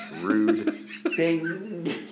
rude